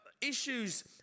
issues